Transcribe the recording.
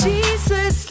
Jesus